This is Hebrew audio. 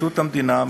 פרקליטות המדינה,